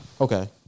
Okay